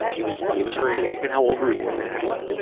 he was he was hurting me. and how old were you when that happened?